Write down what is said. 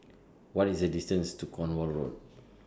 What IS The distance to Cornwall Road